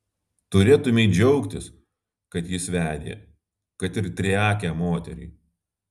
turėtumei džiaugtis kad jis vedė kad ir triakę moterį